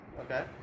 Okay